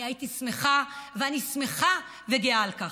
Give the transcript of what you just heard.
אני הייתי שמחה, ואני שמחה וגאה על כך.